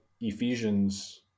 Ephesians